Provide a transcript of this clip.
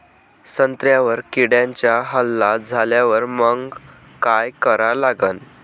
संत्र्यावर किड्यांचा हल्ला झाल्यावर मंग काय करा लागन?